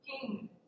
King